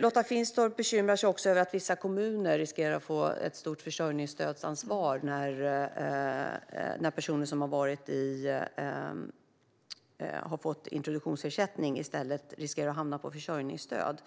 Lotta Finstorp bekymrar sig också över att vissa kommuner riskerar att få ett stort försörjningsstödsansvar när personer som har fått introduktionsersättning i stället riskerar att hamna i försörjningsstöd.